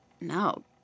No